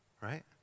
right